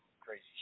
crazy